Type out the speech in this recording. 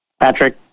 Patrick